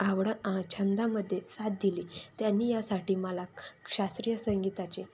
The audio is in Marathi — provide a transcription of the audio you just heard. आवडा छंदामध्ये साथ दिली त्यांनी यासाठी मला शास्त्रीय संगीताची